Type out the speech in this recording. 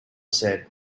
said